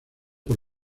por